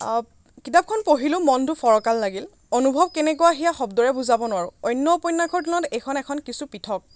কিতাপখন পঢ়িলোঁ মনটো ফৰকাল লাগিল অনুভৱ কেনেকুৱা সেইয়া শব্দৰে বুজাব নোৱাৰোঁ অন্য উপন্যাসনত তুলনাত এইখন এখন কিছু পৃথক